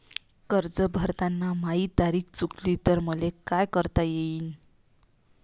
कर्ज भरताना माही तारीख चुकली तर मले का करता येईन?